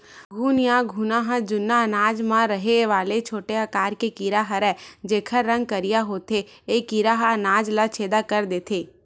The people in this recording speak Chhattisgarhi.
घुन या घुना ह जुन्ना अनाज मन म रहें वाले छोटे आकार के कीरा हरयए जेकर रंग करिया होथे ए कीरा ह अनाज ल छेंदा कर देथे